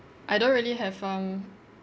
I don't really have um